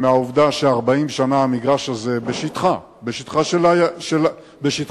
מהעובדה ש-40 שנה המגרש הזה בשטחה של המשטרה,